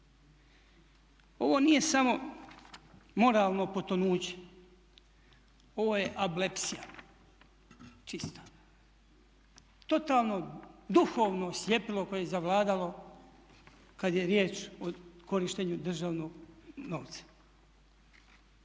Ovo nije samo moralno potonuće, ovo je ablepsija čista, totalno duhovno sljepilo koje je zavladalo kad je riječ o korištenju državnog novca.